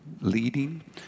leading